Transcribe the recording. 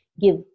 give